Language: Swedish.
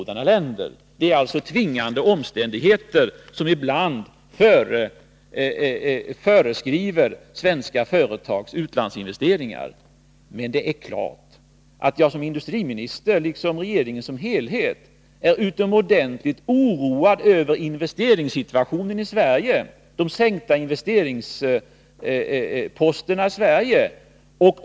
Det ligger alltså ibland tvingande omständigheter bakom svenska företags utlandsinvesteringar. Men självfallet är jag som industriminister, liksom regeringen som helhet, utomordentligt oroad över investeringssituationen i Sverige, med de sänkningar av investeringsvolymen som här förekommit.